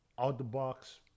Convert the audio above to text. out-the-box